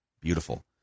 Beautiful